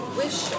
wish